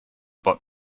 but